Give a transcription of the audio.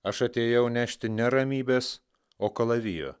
aš atėjau nešti ne ramybės o kalavijo